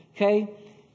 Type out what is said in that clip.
Okay